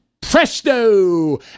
presto